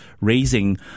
raising